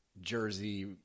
Jersey